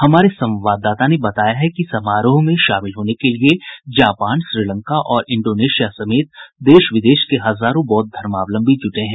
हमारे संवाददाता ने बताया है कि समारोह में शामिल होने के लिये जापान श्रीलंका और इंडोनेशिया समेत देश विदेश के हजारों बौद्ध धर्मावलंबी जुटे हैं